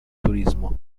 turismo